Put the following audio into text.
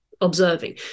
observing